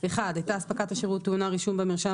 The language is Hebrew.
(1)הייתה אספקת השירות טעונה רישום במרשם